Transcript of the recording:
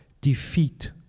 defeat